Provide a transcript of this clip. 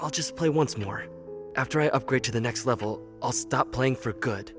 i'll just play once more after i upgrade to the next level i'll stop playing for good